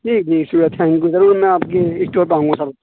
جی جی شکریہ thank you ضرور میں آپ کی اسٹور پہ آؤں گا کل